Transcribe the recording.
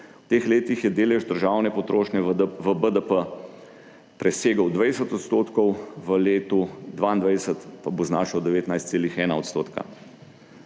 V teh letih je delež državne potrošnje v BDP presegel 20 odstotkov, v letu 22 pa bo znašal 19,1 odstotka,